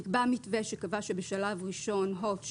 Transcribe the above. נקבע מתווה שקבע שבשלב ראשון הוט,